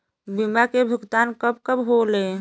बीमा के भुगतान कब कब होले?